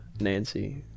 Nancy